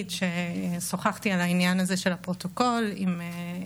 שסיפרה על חוויותיה אחרי שניצלה.